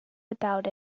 without